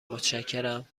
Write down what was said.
متشکرم